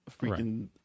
freaking